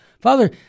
Father